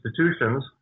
institutions